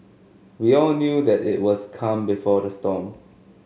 we all knew that it was calm before the storm